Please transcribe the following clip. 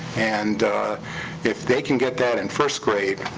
and if they can get that in first grade,